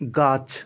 গাছ